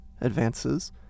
advances